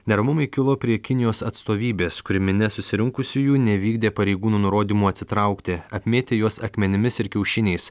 neramumai kilo prie kinijos atstovybės kur minia susirinkusiųjų nevykdė pareigūnų nurodymų atsitraukti apmėtė juos akmenimis ir kiaušiniais